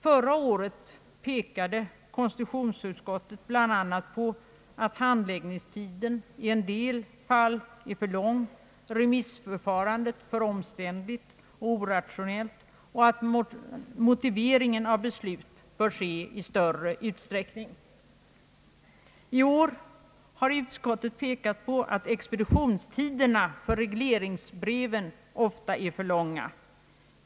Förra året pekade konstitutionsutskottet bl.a. på att handläggningstiden i en del fall är för lång, remissförfarandet för omständligt och orationellt och att motivering av beslut bör ske i större utsträckning. I år har utskottet pekat på att expeditionstiderna för regleringsbreven ofta är för långa.